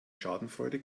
schadenfreude